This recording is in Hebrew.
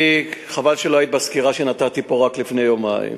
חבל שלא היית בסקירה שנתתי פה רק לפני יומיים,